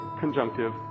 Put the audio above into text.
conjunctive